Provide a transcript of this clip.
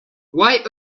why